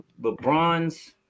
LeBron's